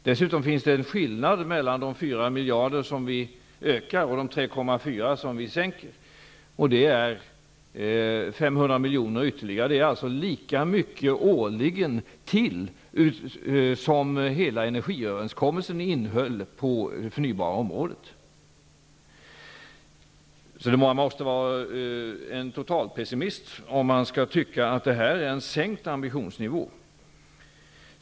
Dessutom finns det en skillnad mellan de 4 miljarder som vi ökar och de 3,4 som vi sänker. 500 miljoner ytterligare -- alltså lika mycket till årligen som hela energiöverenskommelsen innehöll -- går till det förnybara området. Man måste vara en total pessimist för att tycka att detta är en sänkt ambitionsnivå.